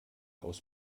aus